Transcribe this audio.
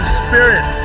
spirit